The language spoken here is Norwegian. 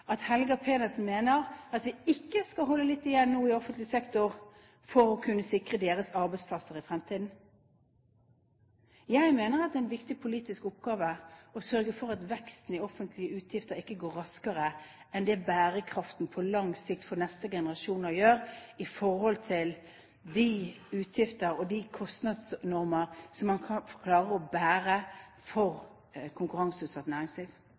at Helga Pedersen mener at vi ikke skal holde litt igjen nå i offentlig sektor for å kunne sikre arbeidsplassene i fremtiden. Jeg mener at det er en viktig politisk oppgave å sørge for at veksten i offentlige utgifter ikke går raskere enn det bærekraften på lang sikt – for neste generasjoner – gjør, i forhold til de utgifter og de kostnadsnormer som konkurranseutsatt næringsliv klarer å bære.